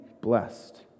blessed